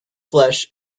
flesh